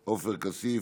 עופר כסיף,